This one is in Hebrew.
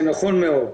זה נכון מאוד.